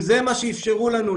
אם זה מה שאיפשרו לנו,